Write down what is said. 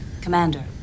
Commander